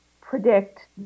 predict